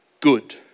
good